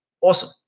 Awesome